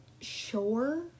sure